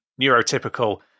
neurotypical